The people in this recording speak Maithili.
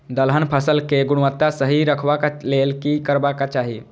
दलहन फसल केय गुणवत्ता सही रखवाक लेल की करबाक चाहि?